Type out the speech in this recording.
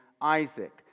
Isaac